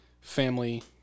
family